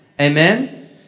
Amen